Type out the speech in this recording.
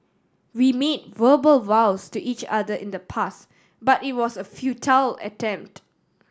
we made verbal vows to each other in the past but it was a futile attempt